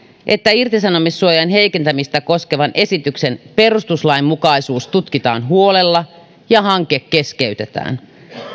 että irtisanomissuojan heikentämistä koskevan esityksen perustuslainmukaisuus tutkitaan huolella ja hanke keskeytetään